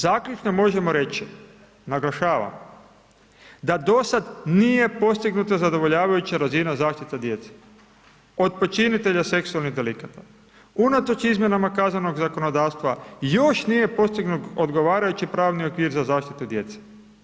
Zaključno možemo reći, naglašavam, da do sada nije postignuta zadovoljavajuća razina zaštite djece, od počinitelja seksualnih delikta, unatoč izmjenama kaznenog zakonodavstva, još nije postignut odgovarajući pravni okvir za zaštitu djece.